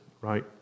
Right